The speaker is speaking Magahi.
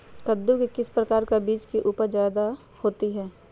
कददु के किस प्रकार का बीज की उपज जायदा होती जय?